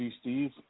Steve